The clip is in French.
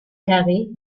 carré